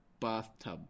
bathtub